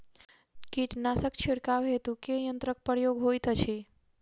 कीटनासक छिड़काव हेतु केँ यंत्रक प्रयोग होइत अछि?